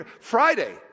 Friday